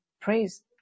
praise